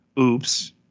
Oops